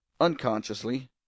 unconsciously